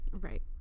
Right